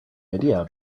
idea